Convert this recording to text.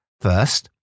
First